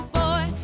boy